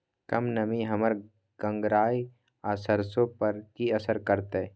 कम नमी हमर गंगराय आ सरसो पर की असर करतै?